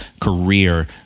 career